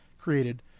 created